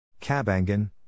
cabangan